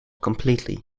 completely